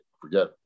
forget